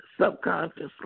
subconsciously